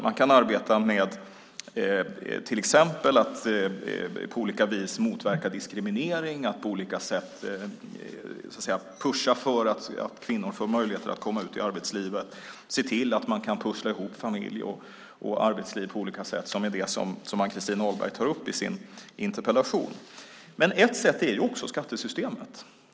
Man kan arbeta med till exempel att på olika vis motverka diskriminering, att på olika sätt pusha för att kvinnor ska få möjligheter att komma ut i arbetslivet, se till att det är möjligt att pussla ihop familj och arbetsliv på olika sätt. Det är ju det Ann-Christin Ahlberg tar upp i sin interpellation. Ett sätt är också skattesystemet.